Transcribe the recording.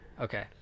okay